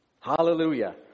Hallelujah